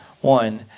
one